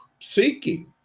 seeking